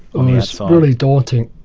um yeah so really daunting.